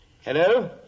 Hello